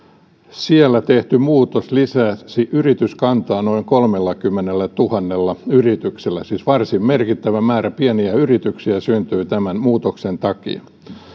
siellä tehty muutos lisäisi yrityskantaa noin kolmellakymmenellätuhannella yrityksellä siis varsin merkittävä määrä pieniä yrityksiä syntyi tämän muutoksen takia